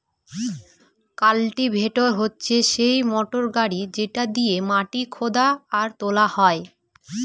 cultivator হচ্ছে সেই motor গাড়ি যেটা দিয়েক মাটি খুদা আর তোলা হয়